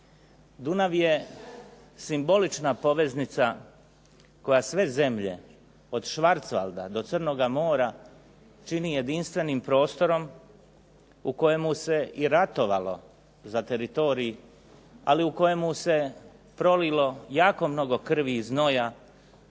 Dunav je simbolična poveznica koja sve zemlje od Švarcvalda do Crnoga mora čini jedinstvenim prostorom u kojemu se i ratovalo za teritorij ali u kojemu se prolilo jako puno krvi i znoja